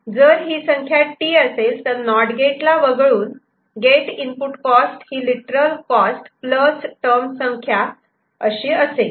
जर ही संख्या 'T' असेल तर नॉट गेट ला वगळून गेट इनपुट कॉस्ट ही लिटरल कॉस्ट प्लस टर्म संख्या अशी असेल